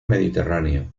mediterráneo